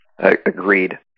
Agreed